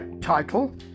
title